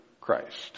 Christ